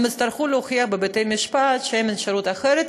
הם יצטרכו להוכיח בבתי-משפט שאין אפשרות אחרת,